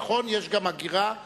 נכון, יש גם הגירה מירושלים,